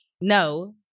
No